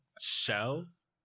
shells